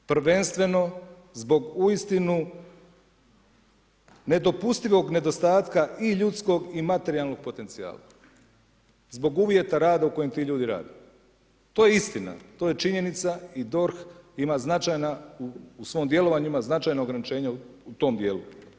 Prvenstveno zbog uistinu nedopustivog nedostatka i ljudskog i materijalnog potencijala, zbog uvjeta rada u kojem ti ljudi rade, to je istina, to je činjenica i DORH ima značajna u svom djelovanju, ima značajna ograničenja u tom djelu.